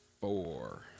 four